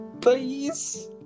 Please